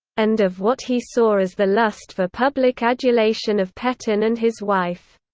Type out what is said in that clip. and of what he saw as the lust for public adulation of petain and his wife.